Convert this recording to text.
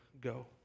go